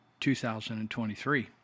2023